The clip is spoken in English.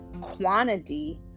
quantity